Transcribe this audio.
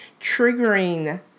triggering